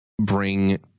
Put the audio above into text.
bring